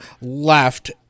left